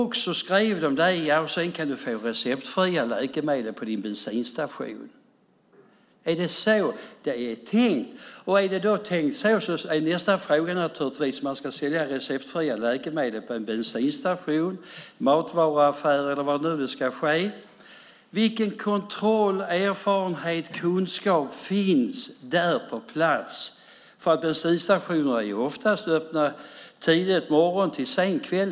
De skrev: Sedan kan du få receptfria läkemedel på din bensinstation. Är det så det är tänkt? Om det är så det är tänkt gäller min nästa fråga vad som händer när man ska sälja receptfria läkemedel på en bensinstation, i en matvaruaffär eller var det nu kommer att ske. Vilken kontroll, erfarenhet, kunskap finns där på plats? Bensinstationer är oftast öppna från tidig morgon till sen kväll.